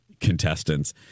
contestants